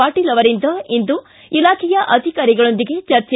ಪಾಟೀಲ್ ಅವರಿಂದ ಇಂದು ಇಲಾಖೆಯ ಅಧಿಕಾರಿಗಳೊಂದಿಗೆ ಚರ್ಚೆ